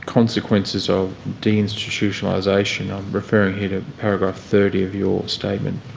consequences of deinstitutionalisation? i'm referring here to paragraph thirty of your statement.